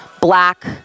black